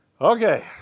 Okay